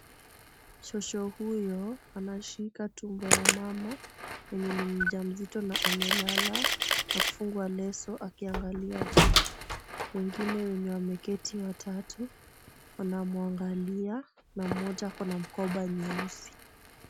Shosho huyo anashika tumbo ya mama mwenye ni mjamzito na amelala na kufungwa leso akiangalia juu. Wengine wenye wameketi watatu wanamuangalia na mmoja ako na mkoba nyeusi.